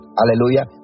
Hallelujah